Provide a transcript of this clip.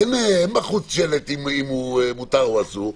ואין בחוץ שלט אם מותר או אסור,